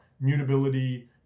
mutability